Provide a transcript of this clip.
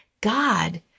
God